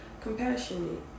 compassionate